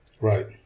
Right